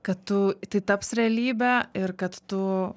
kad tu tai taps realybe ir kad tu